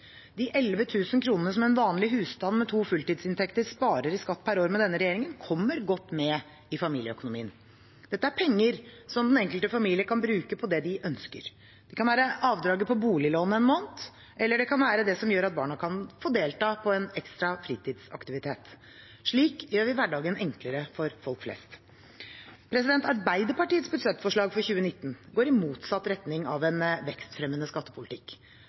De 11 000 kr en vanlig husstand med to fulltidsinntekter sparer i skatt per år med denne regjeringen, kommer godt med i familieøkonomien. Dette er penger som den enkelte familie kan bruke på det de ønsker. Det kan være avdraget på boliglånet en måned, eller det kan være det som gjør at barna kan få delta på en ekstra fritidsaktivitet. Slik gjør vi hverdagen enklere for folk flest. Arbeiderpartiets budsjettforslag for 2019 går i motsatt retning av en vekstfremmende skattepolitikk.